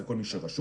זה כל מי שרשום.